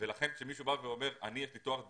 ולכן כשמישהו בא ואומר שיש לו תואר דוקטורט,